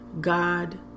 God